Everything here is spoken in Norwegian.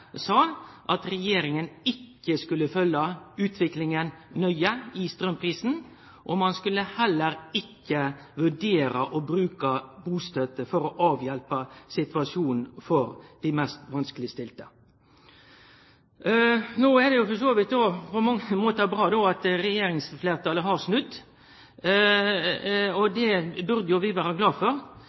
sa at regjeringa ikkje skulle følgje utviklinga i strømprisen nøye, og ein skulle heller ikkje vurdere å bruke bustøtte for å avhjelpe situasjonen for dei mest vanskelegstilte. No er det på mange måtar bra at regjeringsfleirtalet har snudd, og det burde vi vere glade for. Men denne saka synleggjer likevel eit stortingsfleirtal og ei regjering som ikkje har respekt for